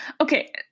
Okay